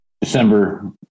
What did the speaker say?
December